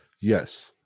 yes